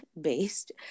based